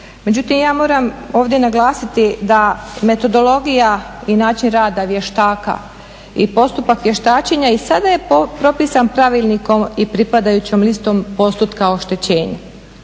Međutim ja moram ovdje naglasiti da metodologija i način rada vještaka i postupak vještačenja i sada je propisan pravilnikom i pripadajućom listom postotka oštećenja,